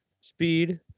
Speed